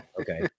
okay